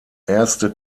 erste